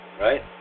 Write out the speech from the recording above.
Right